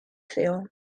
veel